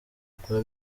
kuba